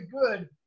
good